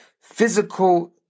physical